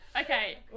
Okay